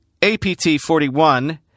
APT41